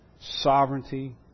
sovereignty